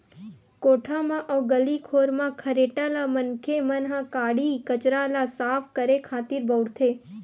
कोठा म अउ गली खोर म खरेटा ल मनखे मन ह काड़ी कचरा ल साफ करे खातिर बउरथे